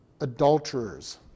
adulterers